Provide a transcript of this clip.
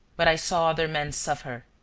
but i saw other men suffer,